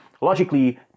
logically